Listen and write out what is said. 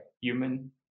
human